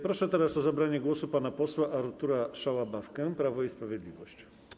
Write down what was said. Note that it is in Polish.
Proszę teraz o zabranie głosu pana posła Artura Szałabawkę, Prawo i Sprawiedliwość.